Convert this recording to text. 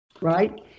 Right